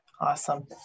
Awesome